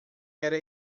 era